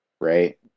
right